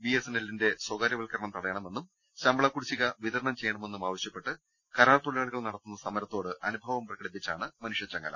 B S N എല്ലിന്റെ സ്വകാര്യവൽക്കരണം തടയണമെന്നും ശമ്പളകുടിശ്ശിക വിതരണം ചെയ്യണമെന്നും ആവശ്യപ്പെട്ട് കരാർ തൊഴിലാളികൾ നടത്തുന്ന സമരത്തിനോട് അനുഭാവം പ്രകടിപ്പിച്ചാണ് മനുഷ്യചങ്ങല